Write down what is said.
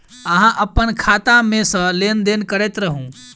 अहाँ अप्पन खाता मे सँ लेन देन करैत रहू?